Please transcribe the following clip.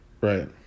Right